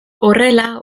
horrela